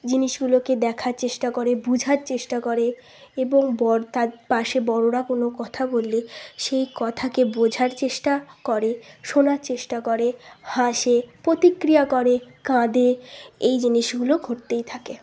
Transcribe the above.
জিনিসগুলোকে দেখার চেষ্টা করে বোঝার চেষ্টা করে এবং বর তার পাশে বড়োরা কোনও কথা বললে সেই কথাকে বোঝার চেষ্টা করে শোনার চেষ্টা করে হাসে প্রতিক্রিয়া করে কাঁদে এই জিনিসগুলো ঘটতেই থাকে